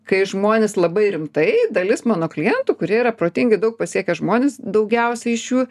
kai žmonės labai rimtai dalis mano klientų kurie yra protingi daug pasiekę žmonės daugiausia iš jų